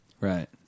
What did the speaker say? right